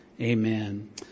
Amen